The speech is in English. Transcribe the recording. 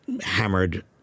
hammered